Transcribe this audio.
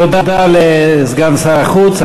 תודה לסגן שר החוץ,